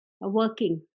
working